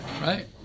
Right